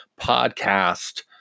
Podcast